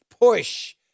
push